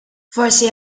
forsi